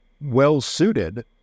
well-suited